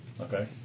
Okay